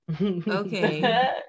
Okay